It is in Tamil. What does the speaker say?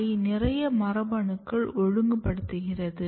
அதை நிறைய மரபணுக்கள் ஒழுங்குபடுத்துகிறது